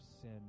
sin